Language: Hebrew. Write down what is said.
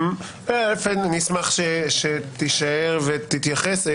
אני אשמח שתישאר ותתייחס,